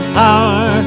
power